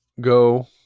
go